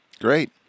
Great